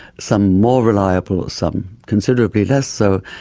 some more reliable, some considerably less so,